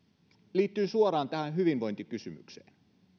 liittyy suoraan tähän hyvinvointikysymykseen